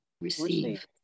Receive